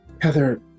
Heather